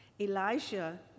Elijah